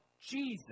Jesus